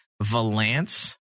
Valance